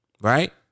right